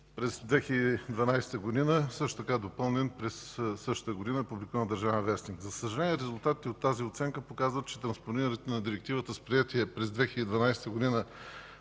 през 2012 г., също така допълнен през същата година и публикуван в „Държавен вестник”. За съжаление резултатите от тази оценка показват, че транспонирането на Директивата с приетия през 2012 г.